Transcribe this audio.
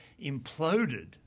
imploded